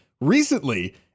recently